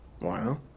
Wow